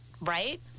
right